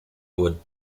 would